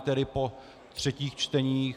Tedy po třetích čteních.